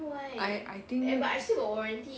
I I think